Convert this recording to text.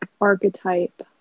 archetype